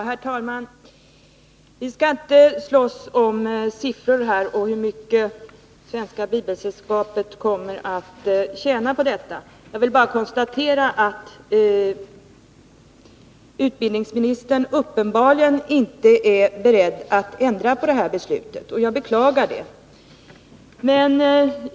Herr talman! Vi skall inte slåss om siffror och om hur mycket Svenska bibelsällskapet kommer att tjäna på detta. Jag vill bara konstatera att utbildningsministern uppenbarligen inte är beredd att ändra på detta beslut, och det beklagar jag.